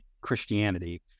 Christianity